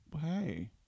hey